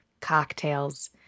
cocktails